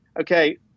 okay